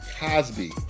Cosby